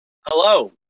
Hello